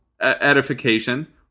edification